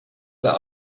that